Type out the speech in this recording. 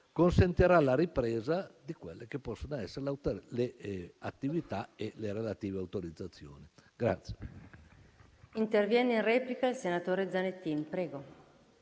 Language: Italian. consentirà la ripresa di quelle che possono essere le attività e le relative autorizzazioni.